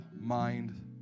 mind